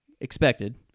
expected